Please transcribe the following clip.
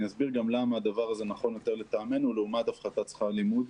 אני אסביר גם למה הדבר הזה נכון יותר לטעמנו לעומת הפחתת שכר לימוד.